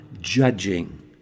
judging